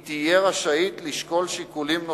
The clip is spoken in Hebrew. היא תהיה רשאית לשקול שיקולים נוספים,